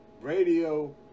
radio